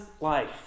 life